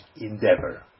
endeavor